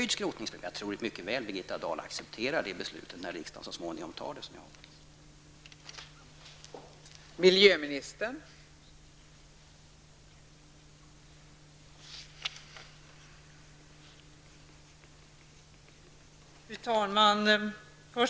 Jag tror mycket väl att Birgitta Dahl accepterar ett beslut om höjd skrotningspremie om riksdagen så småningom, vilket